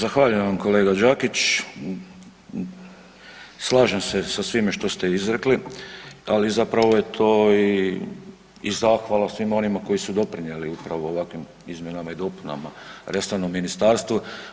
Zahvaljujem vam kolega Đakić, slažem se sa svime što ste izrekli, ali zapravo to je i, i zahvala svima onima koji su doprinjeli upravo ovakvim izmjenama i dopunama, resornom ministarstvu.